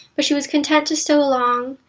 but she was content to stow along,